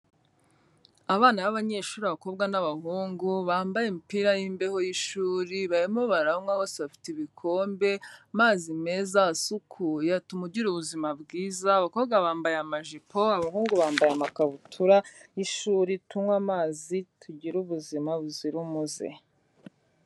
Abana b'abanyeshuri abakobwa n'abahungu bambaye imipira yimbeho y'ishuri barimo baranywa bose bafite ibikombe amazi meza asukuye atuma ugira ubuzima bwiza, abakobwa bambaye amajipo abahungu bambaye amakabutura y'shuri tunywa amazi tugira ubuzima buzira umuze.